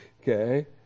Okay